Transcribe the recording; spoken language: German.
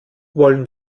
wollen